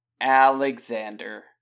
Alexander